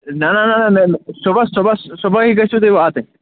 نہَ نہَ نہَ صُبَحس صُبَحس صُبحٲیی گژھِو تُہۍ واتٕنۍ